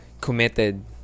committed